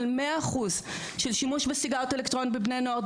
100% של שימוש בסיגריות אלקטרוניות בבני הנוער.